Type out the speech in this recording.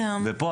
ופה,